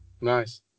Nice